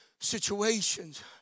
situations